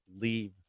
leave